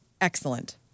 excellent